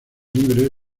libre